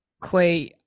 Clay